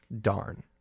darn